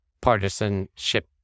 partisanship